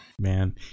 Man